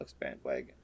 bandwagon